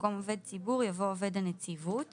במקום "עובד ציבור" יבוא "עובד הנציבות";